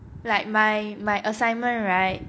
like my my assignment right